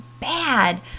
bad